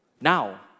Now